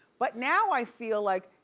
but now i feel like,